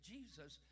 Jesus